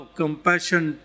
compassion